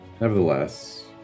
Nevertheless